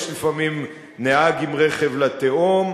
יש לפעמים נהג עם רכב לתהום,